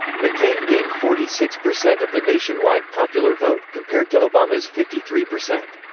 mccain gained forty six percent of the nationwide popular vote, compared to obama's fifty three percent.